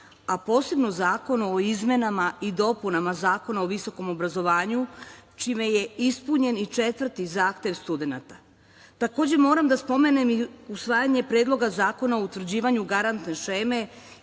a posebno zakon o izmenama i dopunama Zakona o visokom obrazovanju, čime je ispunjen i četvrti zahtev studenata. Takođe moram da spomenem usvajanje Predloga zakona u utvrđivanju garantne šeme